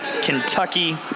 Kentucky